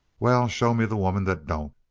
well, show me the woman that don't!